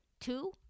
two